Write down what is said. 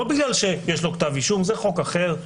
לא בגלל שיש לו כתב אישום, זה חוק אחר.